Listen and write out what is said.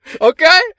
Okay